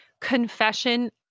confession